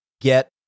get